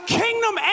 kingdom